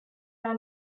are